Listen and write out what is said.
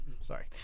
Sorry